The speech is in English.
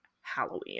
Halloween